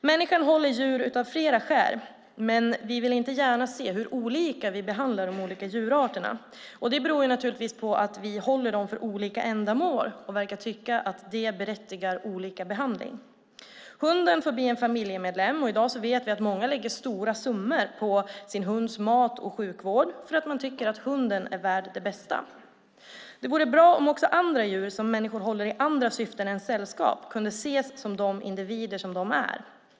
Människan håller djur av olika skäl, men vi vill inte gärna se hur olika vi behandlar de olika djurarterna. Det beror naturligtvis på att vi håller dem för olika ändamål och verkar tycka att det berättigar olika behandling. Hunden får bli en familjemedlem, och i dag vet vi att många lägger stora summor på sin hunds mat och sjukvård därför att man tycker att hunden är värd det bästa. Det vore bra om också andra djur som människan håller i andra syften än sällskap kunde ses som de individer de är.